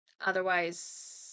Otherwise